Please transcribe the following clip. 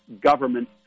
government